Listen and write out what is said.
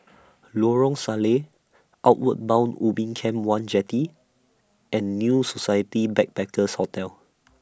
Lorong Salleh Outward Bound Ubin Camp one Jetty and New Society Backpackers' Hotel